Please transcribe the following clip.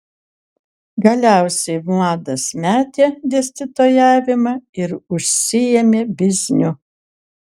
galiausiai vladas metė dėstytojavimą ir užsiėmė bizniu